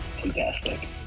Fantastic